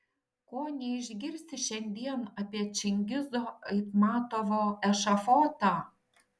ko neišgirsi šiandien apie čingizo aitmatovo ešafotą